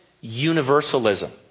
universalism